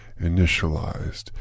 initialized